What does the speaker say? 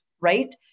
right